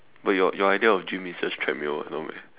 but your your idea of gym is just treadmill [what] no meh